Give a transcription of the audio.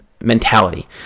mentality